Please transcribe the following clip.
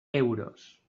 euros